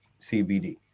CBD